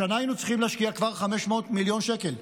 השנה היינו צריכים להשקיע כבר 500 מיליון שקל.